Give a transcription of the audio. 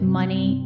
money